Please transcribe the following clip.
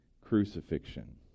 crucifixion